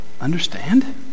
understand